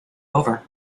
over